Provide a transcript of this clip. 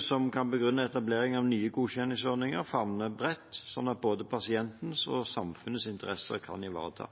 som kan begrunne etableringen av nye godkjenningsordninger, favner bredt, slik at både pasientens og samfunnets interesser kan ivaretas.